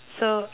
so